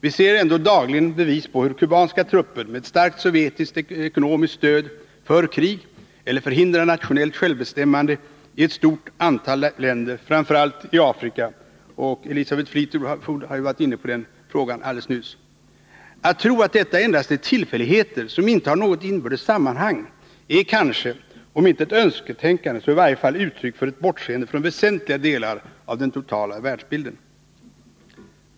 Vi ser dock dagligen bevis på hur kubanska trupper med starkt sovjetiskt ekonomiskt stöd för krig eller förhindrar nationellt självbestämmande i ett stort antal länder, framför allt i Afrika. Elisabeth Fleetwood har varit inne på den frågan alldeles nyss. Att tro att detta endast är tillfälligheter som inte har något inbördes sammanhang är kanske om inte ett önsketänkande så i varje fall uttryck för ett bortseende från väsentliga delar av den totala världsbilden.